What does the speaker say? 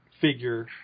figure